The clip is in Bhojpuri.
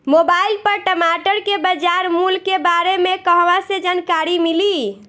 मोबाइल पर टमाटर के बजार मूल्य के बारे मे कहवा से जानकारी मिली?